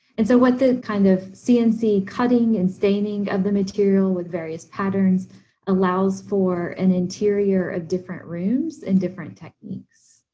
and so what the kind of cnc cutting and staining of the material with various patterns allows for an interior of different rooms and different techniques.